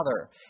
Father